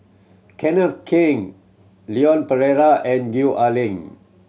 Kenneth Keng Leon Perera and Gwee Ah Leng